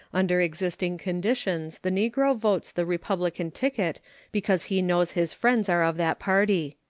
under existing conditions the negro votes the republican ticket because he knows his friends are of that party.